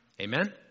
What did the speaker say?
Amen